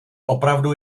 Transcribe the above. opravdu